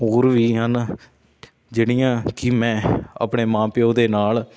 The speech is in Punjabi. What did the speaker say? ਜਿਹੜੀਆਂ ਕਿ ਮੈਂ ਆਪਣੇ ਮਾਂ ਪਿਓ ਦੇ ਨਾਲ